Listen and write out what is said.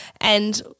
And-